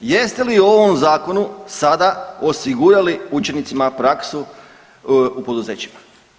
Jeste li u ovom zakonu sada osigurali učenicima praksu u poduzećima?